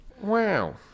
Wow